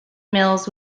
mills